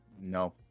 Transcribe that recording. No